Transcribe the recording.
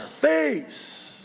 face